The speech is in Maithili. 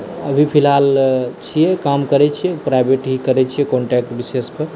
अभी फिलहाल छिए काम करै छिए प्राइवेट ही करै छिए कॉन्ट्रैक्ट बेसिसपर